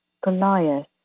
Goliath